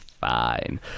Fine